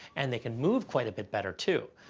and they can move quite a bit better, too.